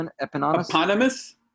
Eponymous